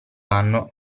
anno